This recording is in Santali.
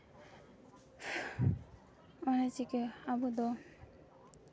ᱚᱱᱟ ᱪᱤᱠᱟᱹ ᱟᱵᱚ ᱫᱚ